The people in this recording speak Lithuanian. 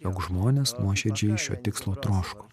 jog žmonės nuoširdžiai šio tikslo troško